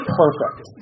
perfect